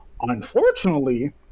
Unfortunately